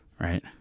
Right